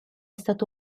stato